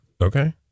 Okay